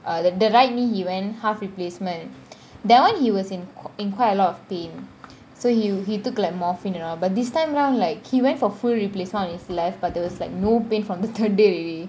uh the the right knee he went half replacement that one he was in in quite a lot of pain so you he took like morphine and all but this time round like he went for full replacement on his left but there was like no pain from the third day already